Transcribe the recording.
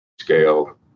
scale